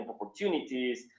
opportunities